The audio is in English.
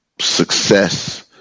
success